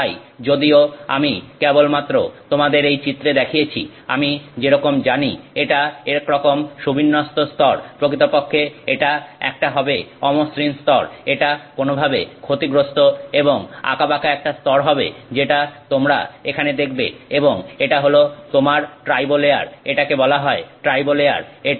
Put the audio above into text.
এবং তাই যদিও আমি কেবলমাত্র তোমাদের এই চিত্রে দেখিয়েছি আমি যেরকম জানি এটা একরকম সুবিন্যস্ত স্তর প্রকৃতপক্ষে এটা একটা হবে অমসৃণ স্তর এটা কোন ভাবে ক্ষতিগ্রস্থ এবং আঁকাবাঁকা একটা স্তর হবে যেটা তোমরা এখানে দেখবে এবং এটা হল তোমার ট্রাইবো লেয়ার এটাকে বলা হয় ট্রাইবো লেয়ার